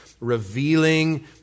revealing